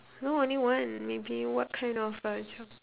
no only one maybe what kind of a ch~